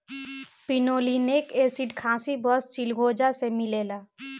pinolenic acid खासी बस चिलगोजा से मिलेला